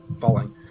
falling